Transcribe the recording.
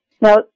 Now